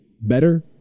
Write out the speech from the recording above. better